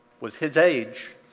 was his age,